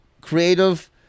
creative